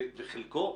וחלקו,